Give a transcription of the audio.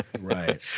Right